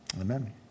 amen